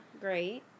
Great